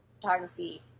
photography